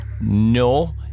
No